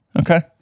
okay